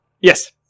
Yes